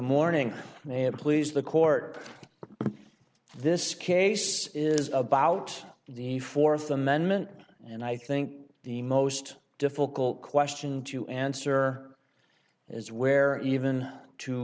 morning and i am pleased the court this case is about the fourth amendment and i think the most difficult question to answer is where even to